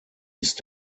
ist